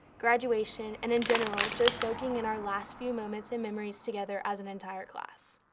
graduation, and in general just soaking in our last few moments and memories together as an entire class.